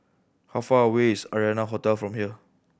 how far away is Arianna Hotel from here